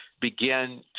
begin